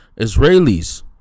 Israelis